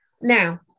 now